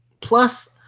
Plus